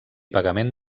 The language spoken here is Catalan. pagament